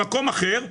במקום אחר,